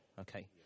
okay